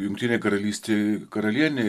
jungtinėj karalystėj karalienė